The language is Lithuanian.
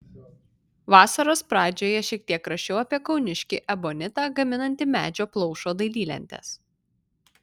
vasaros pradžioje šiek tiek rašiau apie kauniškį ebonitą gaminantį medžio plaušo dailylentes